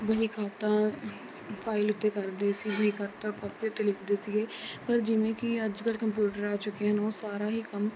ਵਹੀ ਖਾਤਾ ਫਾਈਲ ਉੱਤੇ ਕਰਦੇ ਸੀ ਵਹੀ ਖਾਤਾ ਕੋਪੀ ਉੱਤੇ ਲਿਖਦੇ ਸੀਗੇ ਪਰ ਜਿਵੇਂ ਕਿ ਅੱਜ ਕੱਲ੍ਹ ਕੰਪਿਊਟਰ ਆ ਚੁੱਕੇ ਹਨ ਉਹ ਸਾਰਾ ਹੀ ਕੰਮ